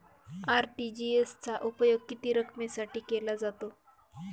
RTGS चा उपयोग किती रकमेसाठी केला जातो?